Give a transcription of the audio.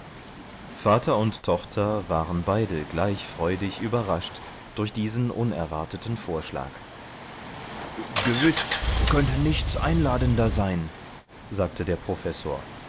vater und tochter waren beide gleich freudig überrascht durch diesen unerwarteten vorschlag gewiß könnte nichts einladender sein sagte der professor